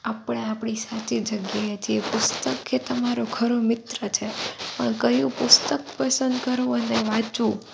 આપણે આપણી સાચી જગ્યાએ છીએ પુસ્તક એ તમારો ખરો મિત્ર છે કયું પુસ્તક પસંદ કરવું અને વાંચવું